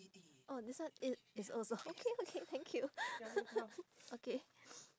oh this one it it's also okay okay thank you okay